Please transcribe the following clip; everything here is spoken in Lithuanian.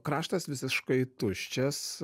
kraštas visiškai tuščias